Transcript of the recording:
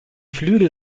flügel